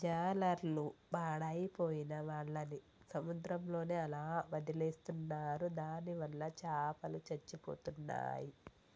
జాలర్లు పాడైపోయిన వాళ్ళని సముద్రంలోనే అలా వదిలేస్తున్నారు దానివల్ల చాపలు చచ్చిపోతున్నాయి